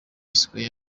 sqaure